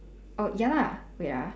oh ya lah wait ah